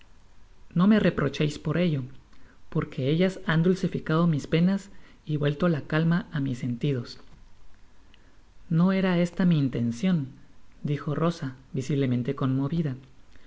no me reprocheis por ello porque ellas han dulcificado mis penas y vuelto la calma á mis sentidos no era esta mi intencion dijo rosa visiblemente conmovida